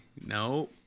no